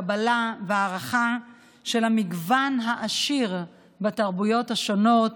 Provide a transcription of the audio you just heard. קבלה והערכה של המגוון העשיר של התרבויות השונות,